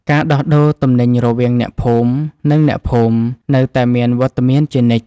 ការដោះដូរទំនិញរវាងអ្នកភូមិ និងអ្នកភូមិ នៅតែមានវត្តមានជានិច្ច។